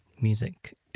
music